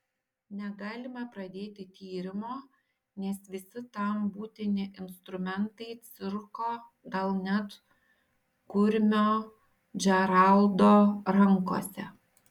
negalime pradėti tyrimo nes visi tam būtini instrumentai cirko gal net kurmio džeraldo rankose